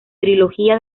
trilogía